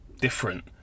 Different